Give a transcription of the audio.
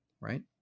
right